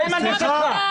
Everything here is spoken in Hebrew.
איימן, ברשותך.